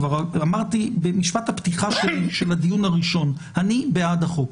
כבר אמרתי במשפט הפתיחה שלי בדיון הראשון אני בעד החוק,